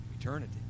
Eternity